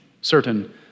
certain